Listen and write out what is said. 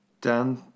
Dan